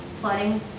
flooding